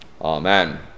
Amen